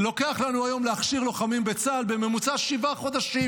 לוקח לנו היום להכשיר לוחמים בצה"ל בממוצע שבעה חודשים.